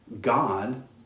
God